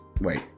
wait